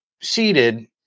seated